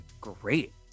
great